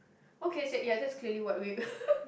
okay set ya that's clearly what we